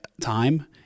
time